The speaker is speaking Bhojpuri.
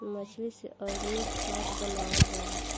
मछली से ऑर्गनिक खाद्य बनावल जाला